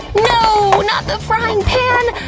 no! not the frying pan!